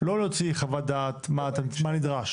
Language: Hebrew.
לא להוציא חוות דעת מה נדרש.